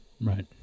Right